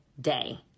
day